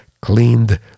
cleaned